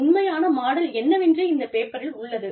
உண்மையான மாடல் என்னவென்று இந்த பேப்பரில் உள்ளது